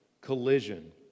collision